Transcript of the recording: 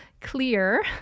clear